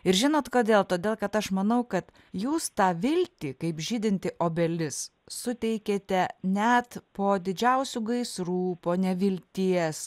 ir žinot kodėl todėl kad aš manau kad jūs tą viltį kaip žydinti obelis suteikėte net po didžiausių gaisrų po nevilties